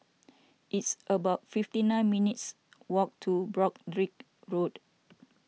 it's about fifty nine minutes' walk to Broadrick Road